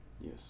Yes